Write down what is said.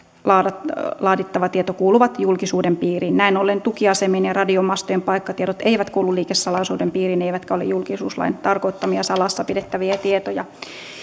laadittava laadittava tieto kuuluu julkisuuden piiriin näin ollen tukiasemien ja radiomastojen paikkatiedot eivät kuulu liikesalaisuuden piiriin eivätkä ole julkisuuslain tarkoittamia salassa pidettäviä tietoja